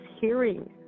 hearing